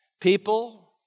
People